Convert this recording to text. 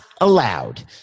allowed